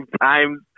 times